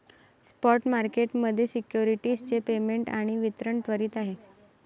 spot market मध्ये securities चे payment आणि वितरण त्वरित आहे